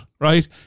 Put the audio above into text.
Right